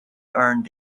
earned